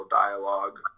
dialogue